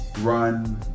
run